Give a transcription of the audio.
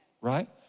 right